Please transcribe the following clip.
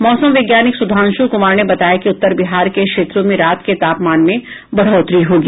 मौसम वैज्ञानिक सुधांशु कुमार ने बताया कि उत्तर बिहार के क्षेत्रों में रात के तापमान में बढ़ोतरी होगी